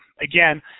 Again